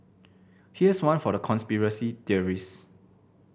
here's one for the conspiracy theorist